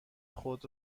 خود